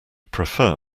prefer